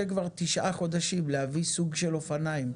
כבר תשעה חודשים להביא סוג של אופניים.